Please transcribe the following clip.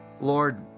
Lord